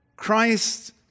Christ